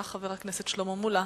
שהעלה חבר הכנסת שלמה מולה.